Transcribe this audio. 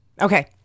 Okay